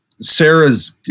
Sarah's